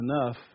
enough